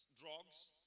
drugs